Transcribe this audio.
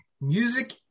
Music